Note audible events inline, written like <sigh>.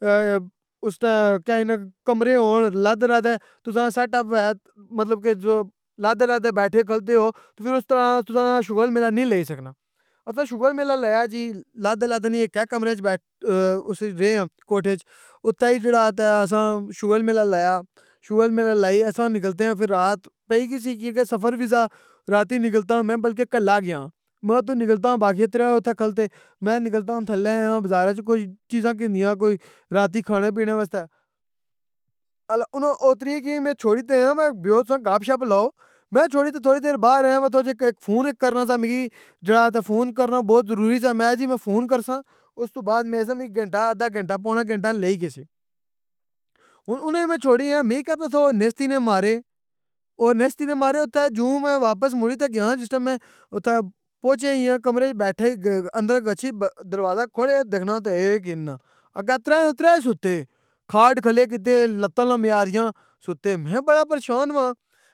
اے اُس <unintelligible> کمرے ہور علیحدہ علیحدہ تُساں نا سیٹپ وے مطلب کہ علیحدہ علیحدہ بیٹھے کھلتے ہو تہ فر اُس طرح تُساں نہ شغل میلہ نی لئی سکنا۔ اساں شغل میلہ لایا جی علیحدہ علیحدہ نی اِکے کمرے اچ بیٹھ اُس اچ رہے آں کوٹھے اچ۔ اوتھے ای جیڑا تہ اساں شغل میلہ لایا، شغل میلہ لئی اساں نکلتے آں فر رات پئی گیسی کیونکہ سفر وی سہ راتی نکلتا میں بلکہ کلّا گیاں۔ میں اوتھوں نکلتاں باقی ترے اوتھے کھلتے، میں نکلتاں تھلے بازاراں اچوں کوئی چیزاں گھنیاں کوئی راتی کھانے پینے واسطے۔ آلا اناں اوتریاں کی میں چھوڑی تہ آیاں میں بییو تہ گپ شپ لاؤ، میں چھوڑی تہ تھوڑی دیر باہر ایاں واں <unintelligible> اک فون کرنا سہ مکی جیڑا تہ فون کرنا بہت ضروری سہ میں آخیا جی میں فون کرساں اُس توں بعد میں گھنٹہ آدھا گھنٹہ پونہ گھنٹہ لئی گشی۔ ہن اناں کی میں چھوڑی گیاں مکی کہ پتہ سہ او نیستی نے مارے۔ او نیستی نے مارے اوتھے جوں میں واپس مُوڑی تہ گیاں جِس ٹیم میں اوتھے پہنچایاں ای آں کمرے اچ بیٹھے ای اندر گچھی دروازہ کھولے کہ دیکھینا تے اے گننا۔ اگّے ترے نے ترے سُتے۔ کھاڈ کھلے کتے لتان لمیاریاں سُتے۔ میں بڑا پریشان واں۔